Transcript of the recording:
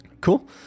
Cool